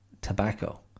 tobacco